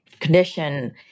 condition